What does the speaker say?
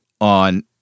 on